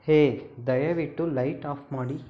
ಹೇ ದಯವಿಟ್ಟು light off ಮಾಡಿ